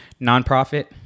nonprofit